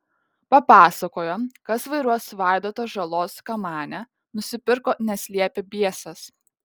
papasakojo kas vairuos vaidoto žalos kamanę nusipirko nes liepė biesas